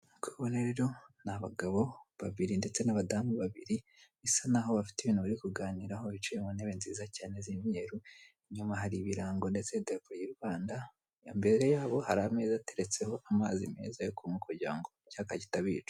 Nk'uko ubibona rero ni abagabo babiri ndetse n'abadamu babiri, bisa naho bafite ibintu bari kuganiraho. Bicaye mu ntebe nziza cyane z'imyeru, inyuma hari ibirango ndetse n'idarapo ry'u Rwanda. Imbere yabo hari ameza ateretseho amazi meza yo kunywa kugira icyaka kitabica.